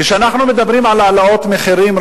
כשאנחנו מדברים על העלאות מחירים,